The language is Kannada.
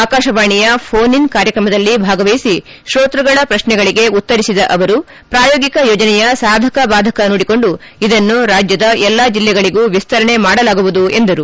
ಆಕಾಶವಾಣಿಯ ಫೋನ್ಇನ್ ಕಾರ್ಯಕ್ರಮದಲ್ಲಿ ಭಾಗವಹಿಸಿ ಶೋತ್ವಗಳ ಪ್ರಶ್ನೆಗಳಿಗೆ ಉತ್ತರಿಸಿದ ಅವರು ಪ್ರಾಯೋಗಿಕ ಯೋಜನೆಯ ಸಾಧಕ ಬಾಧಕ ನೋಡಿಕೊಂಡು ಇದನ್ನು ರಾಜ್ಯದ ಎಲ್ಲಾ ಜಿಲ್ಲೆಗಳಗೂ ವಿಸ್ತರಣೆ ಮಾಡಲಾಗುವುದು ಎಂದರು